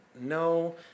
No